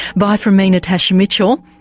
bye from me, natasha mitchell,